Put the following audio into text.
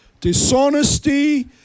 Dishonesty